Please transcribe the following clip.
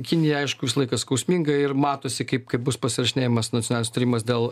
kinija aišku visą laiką skausminga ir matosi kaip kaip bus pasirašinėjamos nusileis tyrimas dėl